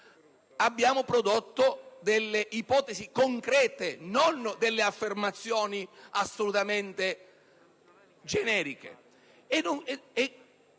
abbiamo prodotto delle ipotesi concrete, non delle affermazioni assolutamente generiche,